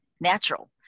natural